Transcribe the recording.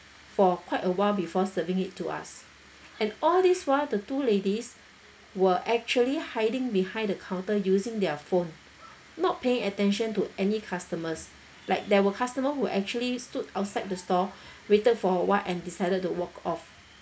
for quite a while before serving it to us and all these while the two ladies were actually hiding behind the counter using their phone not paying attention to any customers like there were customer who actually stood outside the store waited for a while and decided to walk off